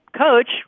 coach